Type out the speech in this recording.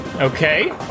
Okay